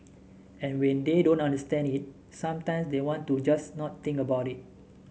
and when they don't understand it sometimes they want to just not think about it